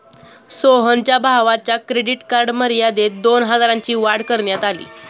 सोहनच्या भावाच्या credit card मर्यादेत दोन हजारांनी वाढ करण्यात आली